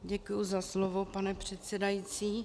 Děkuji za slovo, pane předsedající.